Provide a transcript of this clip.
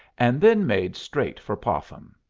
and then made straight for popham.